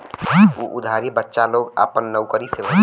उ उधारी बच्चा लोग आपन नउकरी से भरी